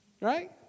Right